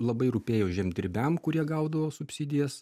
labai rūpėjo žemdirbiam kurie gaudavo subsidijas